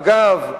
אגב,